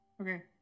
Okay